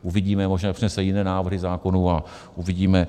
Uvidíme, možná přinese jiné návrhy zákonů a uvidíme.